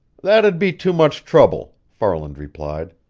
that'd be too much trouble, farland replied.